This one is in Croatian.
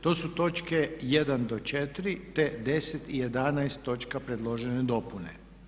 To su točke 1. do 4. te 10. i 11. točke predložene dopune.